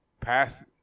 Pass